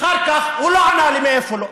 הוא לא ענה לי מאיפה לו.